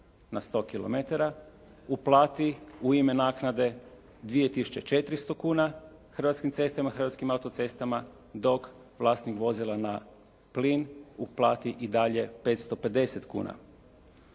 na 100 kilometara uplati u ime naknade 2 tisuće 400 kuna Hrvatskim cestama i Hrvatskim autocestama dok vlasnik vozila na plin uplati i dalje 550 kuna.